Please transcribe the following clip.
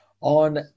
on